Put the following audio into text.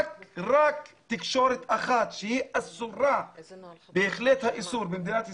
רק תקשורת אחת שהיא אסורה בתכלית האיסור במדינת ישראל,